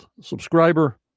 subscriber